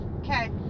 okay